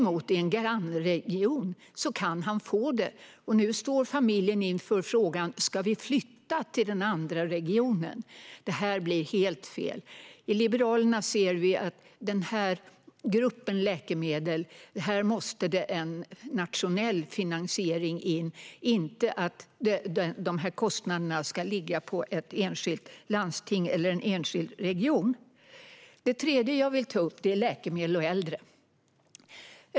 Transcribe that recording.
Men i en grannregion kan han få det, och nu står familjen inför frågan: Ska vi flytta till den andra regionen? Det här blir helt fel. Vi i Liberalerna ser att när det gäller den här gruppen av läkemedel måste det till en nationell finansiering. Kostnaderna ska inte ligga på ett enskilt landsting eller en enskild region. Det tredje jag vill ta upp är läkemedel och äldre.